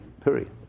period